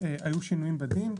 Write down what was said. היו שינויים בדין.